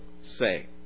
say